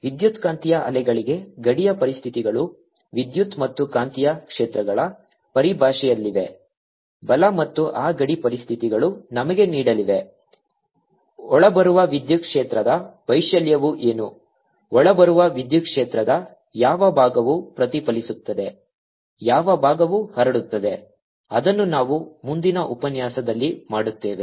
ವಿದ್ಯುತ್ಕಾಂತೀಯ ಅಲೆಗಳಿಗೆ ಗಡಿಯ ಪರಿಸ್ಥಿತಿಗಳು ವಿದ್ಯುತ್ ಮತ್ತು ಕಾಂತೀಯ ಕ್ಷೇತ್ರಗಳ ಪರಿಭಾಷೆಯಲ್ಲಿವೆ ಬಲ ಮತ್ತು ಆ ಗಡಿ ಪರಿಸ್ಥಿತಿಗಳು ನಮಗೆ ನೀಡಲಿವೆ ಒಳಬರುವ ವಿದ್ಯುತ್ ಕ್ಷೇತ್ರದ ವೈಶಾಲ್ಯವು ಏನು ಒಳಬರುವ ವಿದ್ಯುತ್ ಕ್ಷೇತ್ರದ ಯಾವ ಭಾಗವು ಪ್ರತಿಫಲಿಸುತ್ತದೆ ಯಾವ ಭಾಗವು ಹರಡುತ್ತದೆ ಅದನ್ನು ನಾವು ಮುಂದಿನ ಉಪನ್ಯಾಸದಲ್ಲಿ ಮಾಡುತ್ತೇವೆ